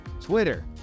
Twitter